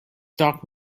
doc